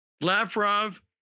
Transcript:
Lavrov